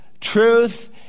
truth